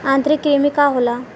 आंतरिक कृमि का होला?